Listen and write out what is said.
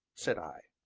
said i.